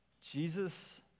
Jesus